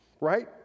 right